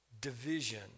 division